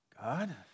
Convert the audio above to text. God